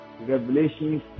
revelations